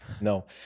No